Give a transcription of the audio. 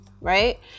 right